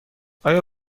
آیا